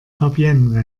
fabienne